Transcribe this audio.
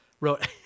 wrote